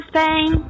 Spain